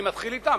אני מתחיל אתם.